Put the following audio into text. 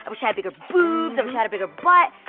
i wish i had bigger boobs, i wish i had a bigger butt,